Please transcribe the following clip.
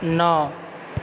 नओ